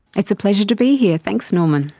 it's a pleasure to be here, thanks norman.